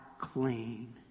clean